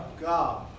God